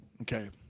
Okay